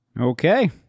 Okay